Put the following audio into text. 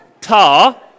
tar